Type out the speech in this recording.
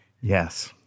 Yes